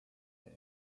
his